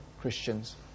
Christians